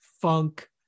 funk